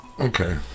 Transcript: okay